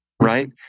right